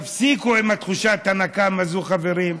תפסיקו עם תחושת הנקם הזאת, חברים.